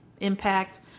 impact